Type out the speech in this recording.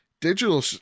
Digital